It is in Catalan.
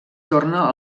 torna